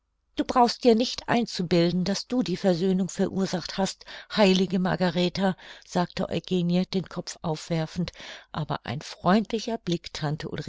du brauchst dir nicht einzubilden daß du die versöhnung verursacht hast heilige margaretha sagte eugenie den kopf aufwerfend aber ein freundlicher blick tante